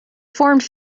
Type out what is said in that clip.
formed